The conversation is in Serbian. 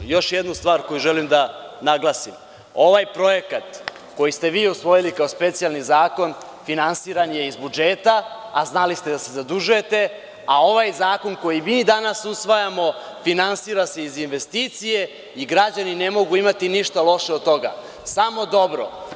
Još jednu stvar koju želim da naglasim, ovaj projekat koji ste vi usvojili kao specijalni Zakon, finansiran je iz budžeta, a znali ste da se zadužujete, a ovaj zakon koji mi danas usvajamo finansira se iz investicije i građani ne mogu imati ništa loše od toga, samo dobro.